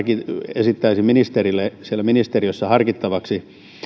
esittäisin ministerille siellä ministeriössä harkittavaksi